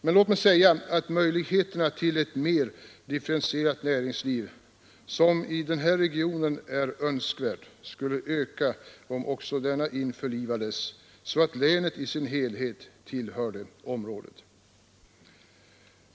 Men låt mig säga att möjligheterna till ett mera differentierat näringsliv, som i denna region vore önskvärt, skulle öka om också denna region införlivades med det allmänna stödområdet, så att länet därmed i sin helhet tillhörde området.